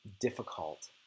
difficult